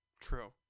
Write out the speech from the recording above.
true